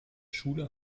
schule